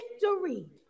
victory